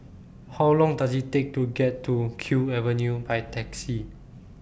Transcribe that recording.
How Long Does IT Take to get to Kew Avenue By Taxi